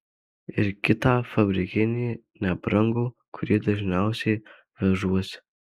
ir kitą fabrikinį nebrangų kurį dažniausiai vežuosi